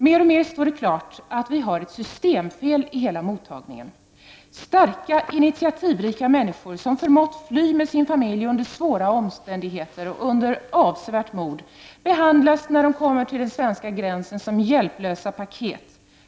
Mer och mer står det klart att vi har ett systemfel i hela mottagningen. Starka, initiativrika människor som förmått fly med sin familj under svåra omständigheter och under avsevärt mod, behandlas när de kommer till den svenska gränsen som hjälplösa paket.